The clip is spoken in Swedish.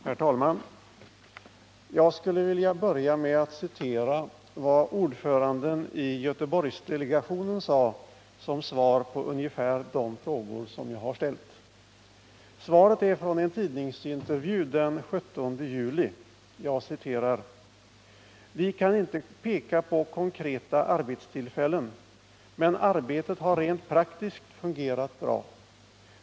Herr talman! Jag skulle vilja börja med att citera vad ordföranden i Göteborgsdelegationen sade som svar på ungefär de frågor jag har ställt. Svaret är hämtat från en tidningsintervju den 17 juli. ”Vi kan inte peka på konkreta arbetstillfällen. Men arbetet har rent praktiskt fungerat bra.